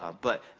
but,